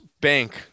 bank